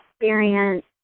experience